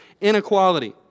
inequality